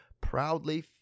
proudly